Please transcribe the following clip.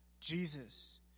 Jesus